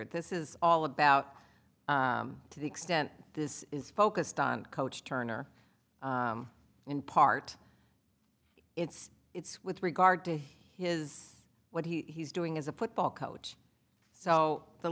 at this is all about to the extent this is focused on coach turner in part it's it's with regard to his what he's doing as a football coach so the